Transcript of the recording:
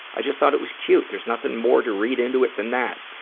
i just thought it was cute. there's nothing more to read into it than that.